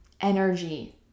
energy